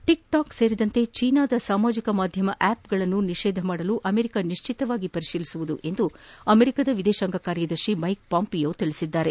TikTok ಸೇರಿದಂತೆ ಚೀನಾದ ಸಾಮಾಜಿಕ ಮಾಧ್ಯಮ ಆಪ್ಗಳನ್ನು ನಿಷೇಧಿಸಲು ಅಮೆರಿಕ ನಿಶ್ಚಿತವಾಗಿಯೂ ಪರಿಶೀಲಿಸಲಿದೆ ಎಂದು ಅಮೆರಿಕದ ವಿದೇಶಾಂಗ ಕಾರ್ಯದರ್ಶಿ ಮ್ವೆಕ್ ಪಾಂಪಿಯೋ ಹೇಳಿದ್ದಾರೆ